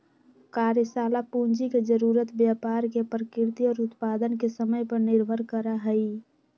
कार्यशाला पूंजी के जरूरत व्यापार के प्रकृति और उत्पादन के समय पर निर्भर करा हई